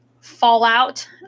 fallout